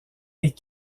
est